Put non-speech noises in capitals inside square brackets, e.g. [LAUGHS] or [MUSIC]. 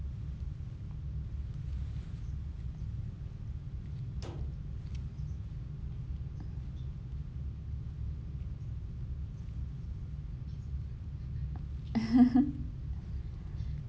[LAUGHS]